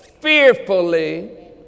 Fearfully